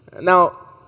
Now